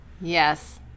Yes